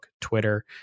Twitter